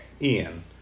ian